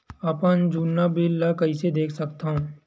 अपन जुन्ना बिल ला कइसे देख सकत हाव?